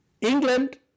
England